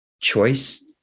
choice